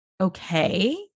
okay